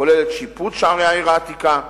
הכוללת את שיפוץ שערי העיר העתיקה,